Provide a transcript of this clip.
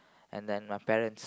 and then my parents